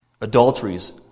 Adulteries